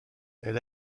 elle